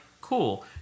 cool